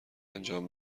انجام